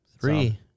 Three